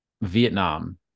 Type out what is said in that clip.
Vietnam